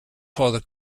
father